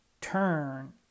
turn